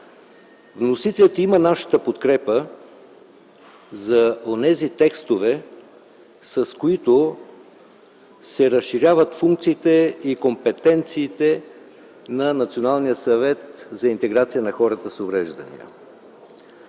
вносителят има нашата подкрепа за онези текстове, с които се разширяват функциите и компетенциите на